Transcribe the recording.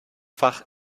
fach